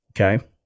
okay